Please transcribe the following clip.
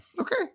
Okay